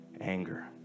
anger